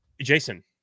Jason